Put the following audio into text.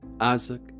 Isaac